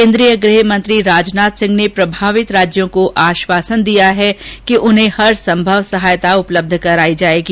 केन्द्रीय गृह मंत्री राजनाथ सिंह ने प्रभावित राज्यों को आश्वासन दिया है कि उन्हें हरसंभव सहायता उपलब्ध कराई जायेगी